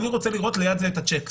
רוצה לראות ליד זה את הצ'ק.